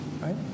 right